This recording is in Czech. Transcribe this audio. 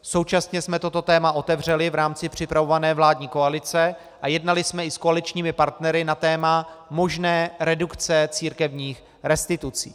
Současně jsme toto téma otevřeli v rámci připravované vládní koalice a jednali jsme i s koaličními partnery na téma možné redukce církevních restitucí.